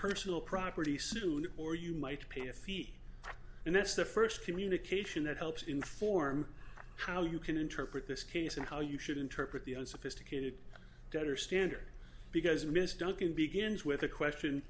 personal property soon or you might pay a fee and that's the first communication that helps inform how you can interpret this case and how you should interpret the unsophisticated better standard because ms duncan begins with a question